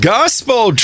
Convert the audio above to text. Gospel